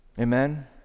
Amen